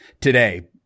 today